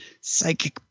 Psychic